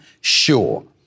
Sure